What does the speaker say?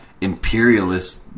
imperialist